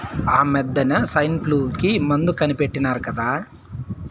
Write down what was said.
ఆమద్దెన సైన్ఫ్లూ కి మందు కనిపెట్టినారు కదా